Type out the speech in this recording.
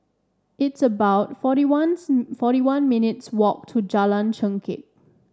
it's about forty one forty one minutes' walk to Jalan Chengkek